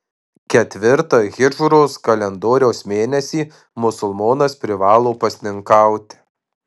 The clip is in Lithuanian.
ketvirtą hidžros kalendoriaus mėnesį musulmonas privalo pasninkauti